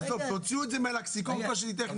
תוציאו מהלקסיקון קושי טכני.